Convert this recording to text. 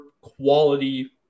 quality